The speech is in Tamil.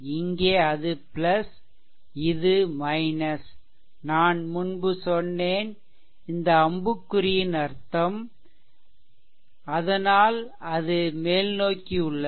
இங்கே அது இது நான் முன்பு சொன்னேன் இந்த அம்புக்குறியின் அர்த்தம் அதனால் அது மேல்நோக்கி உள்ளது